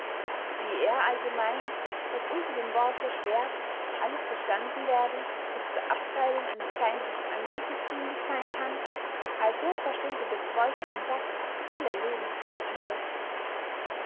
wie er also meynt daß unter dem worte schwerdt alles verstanden werde das zur abtreibung eines feindlichen angriffes dienlich seyn kann also versteht er durch beutel und sack alle